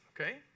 okay